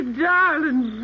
darling